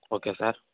okay sir